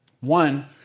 One